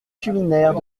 culinaires